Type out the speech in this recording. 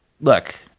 look